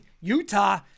Utah